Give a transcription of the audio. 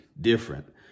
different